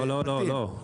לא, לא.